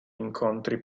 incontri